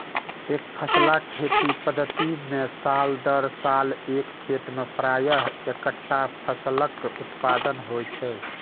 एकफसला खेती पद्धति मे साल दर साल एक खेत मे प्रायः एक्केटा फसलक उत्पादन होइ छै